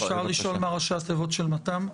אפשר לשאול מה ראשי התיבות של מת״מ?